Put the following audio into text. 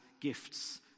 gifts